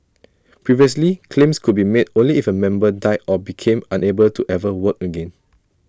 previously claims could be made only if A member died or became unable to ever work again